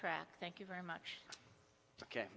track thank you very much ok